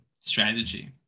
strategy